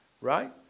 right